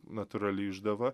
natūrali išdava